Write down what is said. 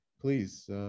please